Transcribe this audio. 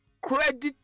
credit